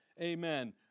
amen